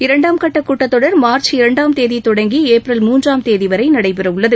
இரண்டாம் கட்ட கூட்டத்தொடர் மார்ச் இரண்டாம் தேதி தொடங்கி ஏப்ரல் முன்றாம் தேதி வரை நடைபெறவுள்ளது